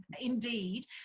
indeed